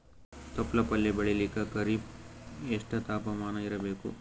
ತೊಪ್ಲ ಪಲ್ಯ ಬೆಳೆಯಲಿಕ ಖರೀಫ್ ಎಷ್ಟ ತಾಪಮಾನ ಇರಬೇಕು?